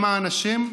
למען השם,